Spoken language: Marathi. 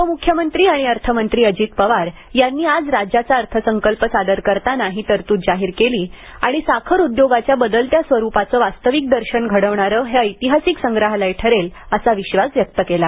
उपम्ख्यमंत्री आणि अर्थमंत्री अजित पवार यांनी आज राज्याचा अर्थसंकल्प सादर करताना ही तरतूद जाहीर केली आणि साखर उद्योगाच्या बदलत्या स्वरुपाचे वास्तविक दर्शन घडवणारे हे ऐतिहासिक संग्रहालय ठरेल असा विश्वास व्यक्त केला